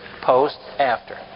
post-after